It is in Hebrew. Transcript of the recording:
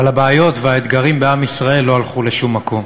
אבל הבעיות והאתגרים בעם ישראל לא הלכו לשום מקום,